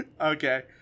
Okay